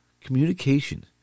communication